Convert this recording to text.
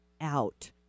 out